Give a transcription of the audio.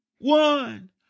one